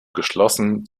geschlossen